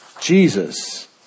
Jesus